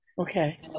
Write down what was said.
Okay